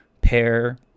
pair